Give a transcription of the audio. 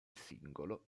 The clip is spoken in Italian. singolo